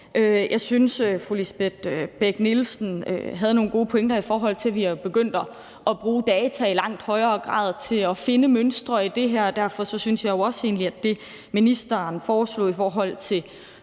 Jeg synes, at fru Lisbeth Bech-Nielsen havde nogle gode pointer, i forhold til at vi er begyndt at bruge data i langt højere grad til at finde mønstre i det her. Derfor synes jeg jo egentlig også godt om det, ministeren foreslog i forhold til